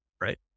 Right